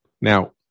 Now